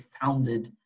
founded